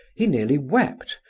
he nearly wept,